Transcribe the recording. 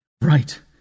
Right